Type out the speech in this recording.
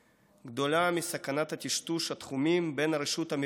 "גדולה מסכנת טשטוש התחומים בין הרשות המבצעת